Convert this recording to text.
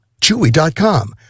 Chewy.com